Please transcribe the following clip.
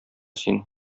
син